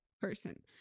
person